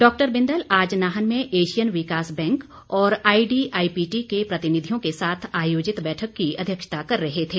doctor Bindal आज नाहन में Asian विकास बैंक और आईडी आई पीटी के प्रतिनिधियों के साथ आयोजित बैठक की अध्यक्षता कर रहे थे